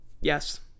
Yes